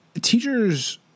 teachers